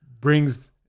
brings